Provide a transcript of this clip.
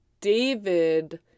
David